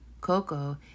Coco